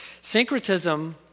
Syncretism